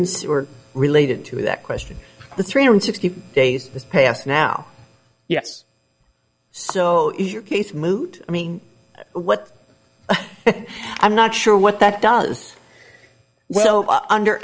sewer related to that question the three hundred sixty days is passed now yes so is your case moot i mean what i'm not sure what that does well under